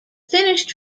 finished